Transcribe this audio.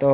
ତ